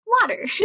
water